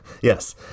Yes